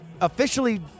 officially